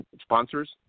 sponsors